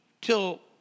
till